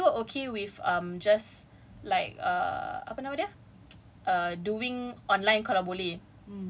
ya which is why like we were we were okay we were okay with um just like err apa nama dia